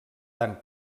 tant